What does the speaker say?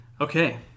okay